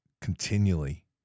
continually